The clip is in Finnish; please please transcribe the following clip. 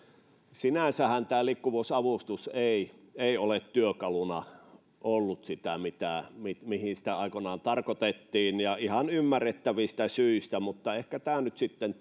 sinänsähän tämä liikkuvuusavustus ei ei ole työkaluna ollut sitä mihin se aikoinaan tarkoitettiin ja ihan ymmärrettävistä syistä mutta ehkä tämä esitys nyt sitten